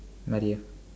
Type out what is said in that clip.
my dear